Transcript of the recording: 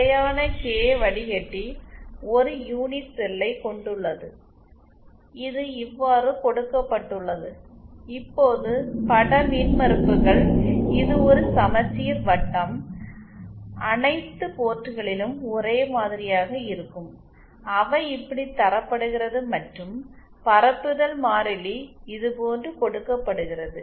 நிலையான கே வடிக்கட்டி ஒரு யூனிட் செல்லைக் கொண்டுள்ளது இது இவ்வாறு கொடுக்கப்பட்டுள்ளது இப்போது பட மின்மறுப்புகள் இது ஒரு சமச்சீர் வட்டம் அனைத்து போர்ட்களிலும் ஒரே மாதிரியாக இருக்கும் அவை இப்படி தரப்படுகிறது மற்றும் பரப்புதல் மாறிலி இதுபோன்று கொடுக்கப்படுகிறது